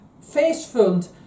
face-front